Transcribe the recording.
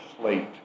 slate